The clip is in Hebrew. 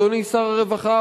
אדוני שר הרווחה,